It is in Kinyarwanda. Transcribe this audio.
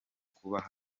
kubaba